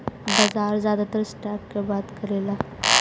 बाजार जादातर स्टॉक के बात करला